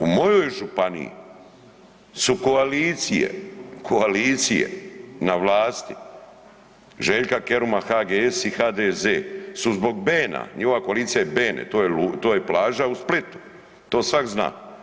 U mojoj županiji su koalicije, koalicije na vlasti Ž. Keruma, HGS i HDZ su zbog Bena, njihova koalicija je Bene, to je plaža u Splitu, to svak zna.